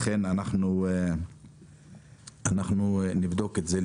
לכן אנחנו נבדוק את זה.